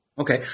Okay